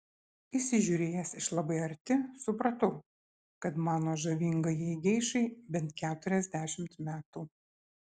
įsižiūrėjęs iš labai arti supratau kad mano žavingajai geišai bent keturiasdešimt metų